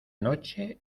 noche